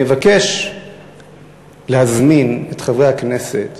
אני מבקש להזמין את חברי הכנסת